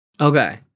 okay